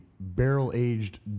barrel-aged